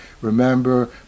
remember